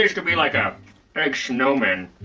to be like an egg snowman.